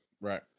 right